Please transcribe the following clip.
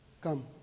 Come